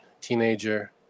teenager